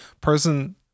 person